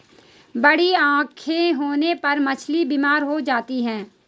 बड़ी आंखें होने पर मछली बीमार हो सकती है